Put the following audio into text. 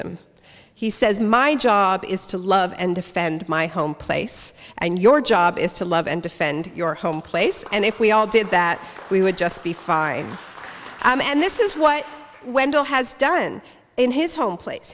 nimbyism he says my job is to love and defend my home place and your job is to love and defend your home place and if we all did that we would just be fine and this is what wendell has done in his home place